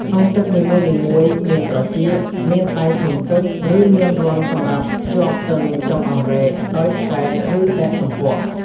ធុងទឹកនីមួយៗមានត្រចៀក មានដៃធុងទឹក ឬមានរន្ធសម្រាប់ភ្ជាប់ទៅនឹងចុងអម្រែកដោយខ្សែ ឬដែកទំពក់។